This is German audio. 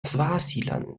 swasiland